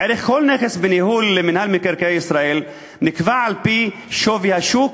ערך כל נכס בניהול מינהל מקרקעי ישראל נקבע על-פי שווי השוק,